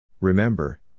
Remember